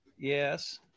Yes